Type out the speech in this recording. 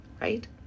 right